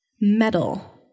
Metal